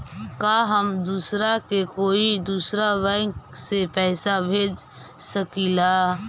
का हम दूसरा के कोई दुसरा बैंक से पैसा भेज सकिला?